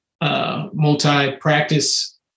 multi-practice